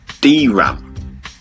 DRAM